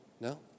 no